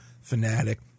fanatic